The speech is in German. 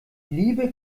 liebe